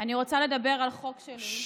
אני רוצה לדבר על חוק שלי,